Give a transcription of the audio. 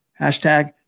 Hashtag